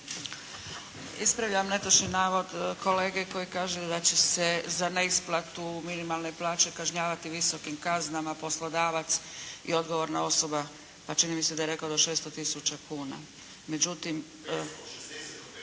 Ispravljam netočni navod kolege koji kaže da će se za neisplatu minimalne plaće kažnjavati visokim kaznama poslodavac i odgovorna osoba pa čini mi se da je rekao do 600 tisuća kuna. Međutim